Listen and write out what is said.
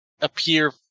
appear